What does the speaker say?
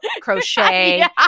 crochet